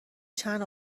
چند